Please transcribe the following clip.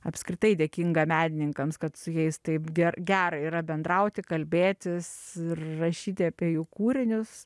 apskritai dėkinga menininkams kad su jais taip ger gera yra bendrauti kalbėtis ir rašyti apie jų kūrinius